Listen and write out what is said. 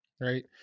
right